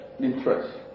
interest